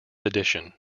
edition